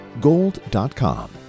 gold.com